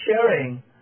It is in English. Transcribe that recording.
sharing